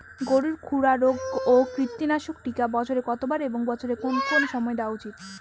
গরুর খুরা রোগ ও কৃমিনাশক টিকা বছরে কতবার এবং বছরের কোন কোন সময় দেওয়া উচিৎ?